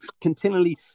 Continually